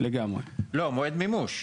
לא, מועד מימוש.